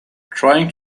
trying